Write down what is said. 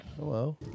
Hello